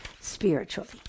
spiritually